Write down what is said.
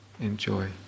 enjoy